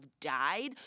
died